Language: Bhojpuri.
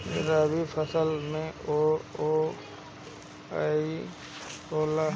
रबी फसल मे बोआई होला?